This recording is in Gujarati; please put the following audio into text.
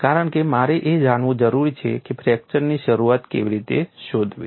કારણ કે મારે એ જાણવું જરૂરી છે કે ફ્રેક્ચરની શરૂઆત કેવી રીતે શોધવી